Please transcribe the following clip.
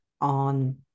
on